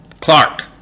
Clark